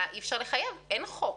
אי אפשר לחייב, אין חוק,